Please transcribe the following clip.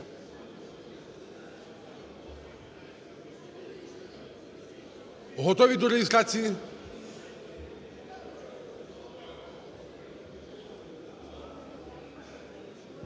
Готові до реєстрації?